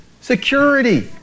security